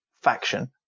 faction